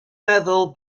meddwl